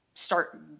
start